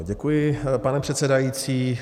Děkuji, pane předsedající.